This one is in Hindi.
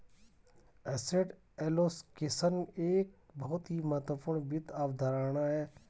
एसेट एलोकेशन एक बहुत ही महत्वपूर्ण वित्त अवधारणा है